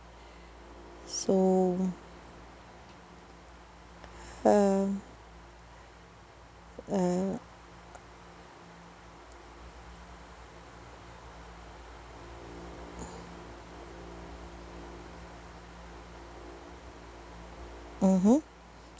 so um uh mmhmm